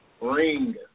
Ring